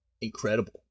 incredible